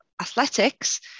athletics